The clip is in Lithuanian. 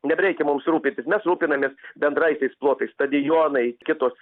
nebereikia mums rūpintis mes rūpinamės bendraisiais plotais stadionai kitos